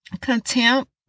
contempt